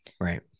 Right